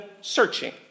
searching